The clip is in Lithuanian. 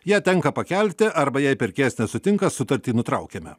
ją tenka pakelti arba jei pirkėjas nesutinka sutartį nutraukiame